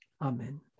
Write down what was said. Amen